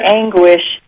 anguish